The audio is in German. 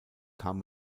kam